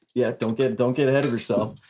yeah don't get don't get ahead of yourself.